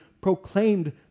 proclaimed